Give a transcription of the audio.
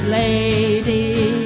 lady